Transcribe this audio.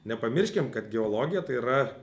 nepamirškim kad geologija tai yra